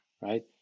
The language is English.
right